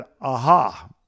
aha